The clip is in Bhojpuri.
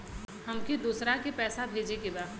हमके दोसरा के पैसा भेजे के बा?